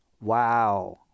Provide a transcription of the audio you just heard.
Wow